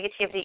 negativity